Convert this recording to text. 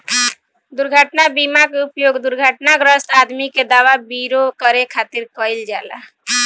दुर्घटना बीमा के उपयोग दुर्घटनाग्रस्त आदमी के दवा विरो करे खातिर कईल जाला